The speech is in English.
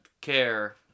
care